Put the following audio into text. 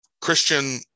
Christian